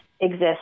exist